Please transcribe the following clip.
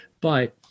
But-